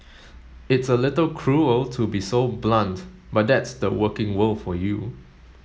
it's a little cruel to be so blunt but that's the working world for you